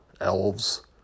elves